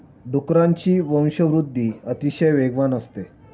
डुकरांची वंशवृद्धि अतिशय वेगवान असते